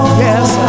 yes